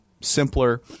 simpler